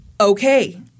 Okay